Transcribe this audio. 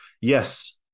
Yes